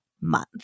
month